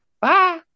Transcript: Bye